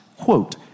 Quote